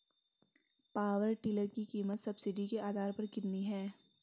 Power tiller की कीमत subsidy के आधार पर कितनी है?